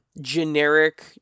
generic